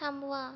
थांबवा